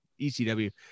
ECW